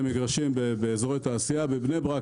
למגרשים באזורי תעשייה בבני ברק,